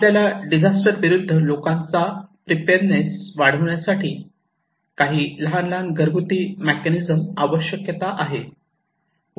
आपल्याला डिझास्टर विरूद्ध लोकांची प्रिपेअरनेस वाढविण्यासाठी काही लहान घरगुती मेकॅनिझम् आवश्यकता आहे